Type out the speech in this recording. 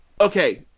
okay